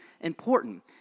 important